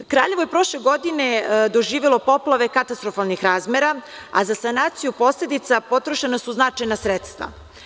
Kraljevo je prošle godine doživelo poplave katastrofalnih razmera, a za sanaciju posledica potrošena su značajna sredstva.